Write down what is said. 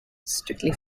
strictly